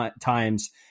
times